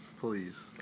please